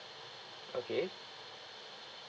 okay